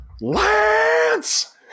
Lance